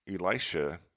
Elisha